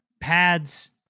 pads